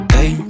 Hey